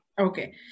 Okay